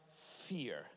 fear